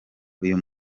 uyu